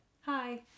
hi